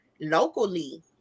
locally